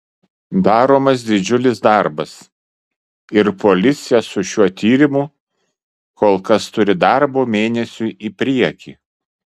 daromas didžiulis darbas ir policija su šiuo tyrimu kol kas turi darbo mėnesiui į priekį